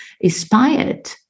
inspired